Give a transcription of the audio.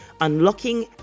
unlocking